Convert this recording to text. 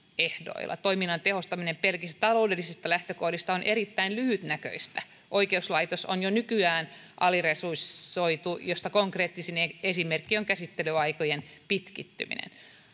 ehdoilla toimintojen tehostaminen pelkistä taloudellisista lähtökohdista on erittäin lyhytnäköistä oikeuslaitos on jo nykyään aliresursoitu josta konkreettinen esimerkki on käsittelyaikojen pitkittyminen